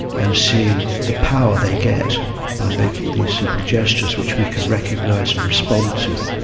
and seeing the power they get by making these simple gestures which we can recognise and respond to,